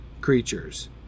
creatures